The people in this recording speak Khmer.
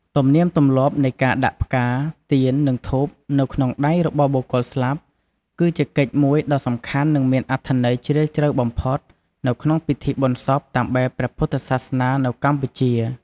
ទំនៀមទម្លាប់នៃការដាក់ ផ្កា ទៀន និងធូប នៅក្នុងដៃរបស់បុគ្គលស្លាប់ គឺជាកិច្ចមួយដ៏សំខាន់ និងមានអត្ថន័យជ្រាលជ្រៅបំផុតនៅក្នុងពិធីបុណ្យសពតាមបែបព្រះពុទ្ធសាសនានៅកម្ពុជា។